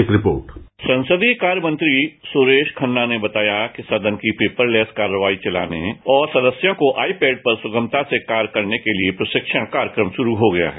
एक रिपोर्ट संसदीय कार्य मंत्री सुरेश खन्ना ने बताया कि सदन की पेपर लेस कार्यवाही चलाने और सदस्यों को आइपैड पर सुगमता से कार्य करने के लिए प्रशिक्षण कार्यक्रम शुरू हो गया है